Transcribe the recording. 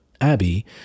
abby